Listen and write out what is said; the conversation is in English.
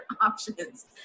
Options